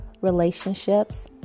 relationships